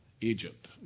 Egypt